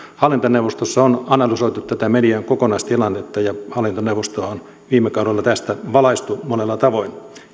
hallintoneuvostossa on analysoitu tätä median kokonaistilannetta ja hallintoneuvostoa on viime kaudella tästä valaistu monella tavoin